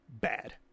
bad